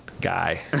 guy